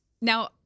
Now